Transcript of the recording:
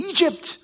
Egypt